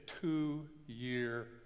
two-year